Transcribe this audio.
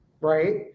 Right